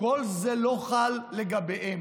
כל זה לא חל לגביהם.